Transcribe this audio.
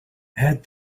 add